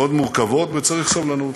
מאוד מורכבות, וצריך סבלנות.